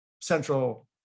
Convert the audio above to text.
central